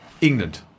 England